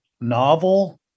novel